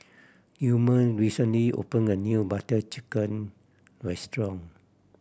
Gilmer recently opened a new Butter Chicken restaurant